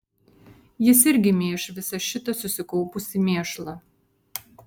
jis irgi mėš visą šitą susikaupusį mėšlą